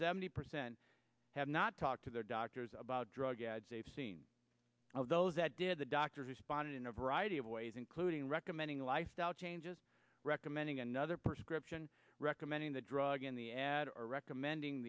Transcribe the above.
seventy percent have not talked to their doctors about drug ads they've seen those that did the doctors responded in a variety of ways including recommending lifestyle changes recommending another prescription recommending the drug in the ad or recommending